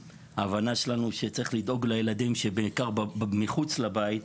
ההבנה שלנו שצריך לדאוג לילדים שבעיקר מחוץ לבית,